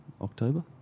October